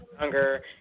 younger